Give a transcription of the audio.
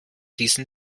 diesen